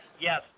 yes